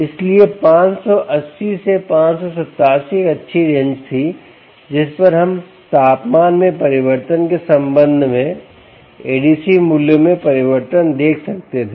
इसलिए580 से 587 एक अच्छी रेंज थी जिस पर हम तापमान में परिवर्तन के संबंध में ADC मूल्यों में परिवर्तन देख सकते थे